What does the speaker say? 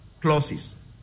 clauses